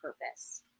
purpose